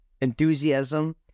Enthusiasm